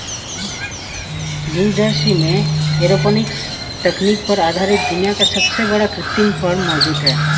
New Jersey में aeroponics तकनीक पर आधारित दुनिया का सबसे बड़ा कृत्रिम फार्म मौजूद है